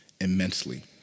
immensely